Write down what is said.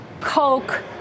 Coke